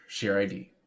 ShareID